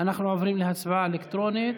אנחנו עוברים להצבעה אלקטרונית,